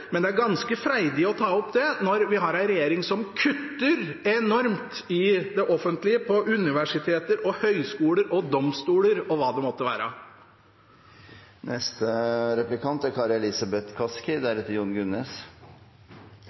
Men det er ganske freidig å ta opp dette når vi har en regjering som kutter enormt i det offentlige når det gjelder universiteter, høyskoler, domstoler og hva det måtte være. Som beboer i Groruddalen og representant for Oslo er